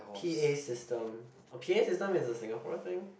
P_A system a P_A system is a Singapore thing